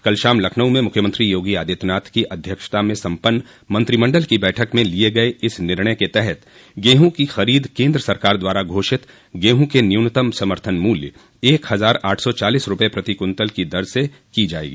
कल शाम लखनऊ में मुख्यमंत्री योगी आदित्यनाथ की अध्यक्षता में सम्पन्न मंत्रिमण्डल की बैठक में लिये गये इस निर्णय के तहत गेहूँ की खरीद केन्द्र सरकार द्वारा घोषित गेहूँ के न्यूनतम समर्थन मूल्य एक हजार आठ सौ चालीस रूपये प्रति कुन्तल की दर से की जायेगी